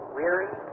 weary